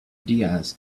diaz